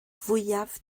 fwyaf